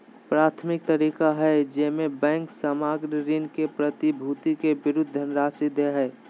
प्राथमिक तरीका हइ जेमे बैंक सामग्र ऋण के प्रतिभूति के विरुद्ध धनराशि दे हइ